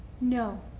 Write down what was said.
No